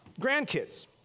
grandkids